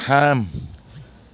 थाम